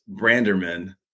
Branderman